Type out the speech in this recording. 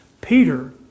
Peter